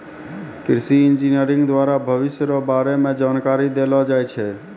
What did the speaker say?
कृषि इंजीनियरिंग द्वारा भविष्य रो बारे मे जानकारी देलो जाय छै